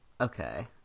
Okay